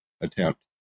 attempt